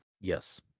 yes